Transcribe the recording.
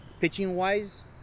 pitching-wise